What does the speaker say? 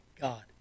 god